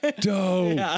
Dope